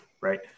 right